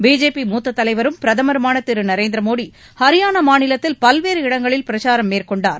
BJP மூத்த தலைவரும் பிரதமருமான திரு நரேந்திரமோடி ஹரியானா மாநிலத்தில் பல்வேறு இடங்களில் பிரச்சாரம் மேற்கொண்டார்